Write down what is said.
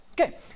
Okay